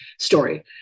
story